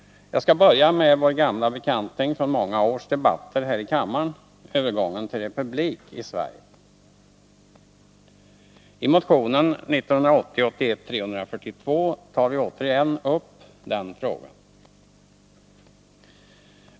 Jag skall börja med vår gamla bekant från många års debatter här i kammaren: övergång till republik i Sverige. I motionen 1980/81:342 tar vi återigen upp denna fråga.